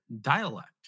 dialect